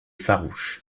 farouche